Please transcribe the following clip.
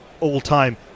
all-time